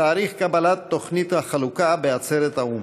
תאריך קבלת תוכנית החלוקה בעצרת האו"ם.